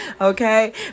okay